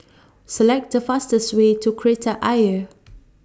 Select The fastest Way to Kreta Ayer